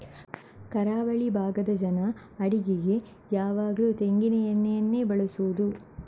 ಕರಾವಳಿ ಭಾಗದ ಜನ ಅಡಿಗೆಗೆ ಯಾವಾಗ್ಲೂ ತೆಂಗಿನ ಎಣ್ಣೆಯನ್ನೇ ಬಳಸುದು